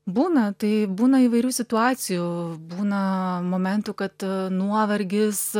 būna tai būna įvairių situacijų būna momentų kad nuovargis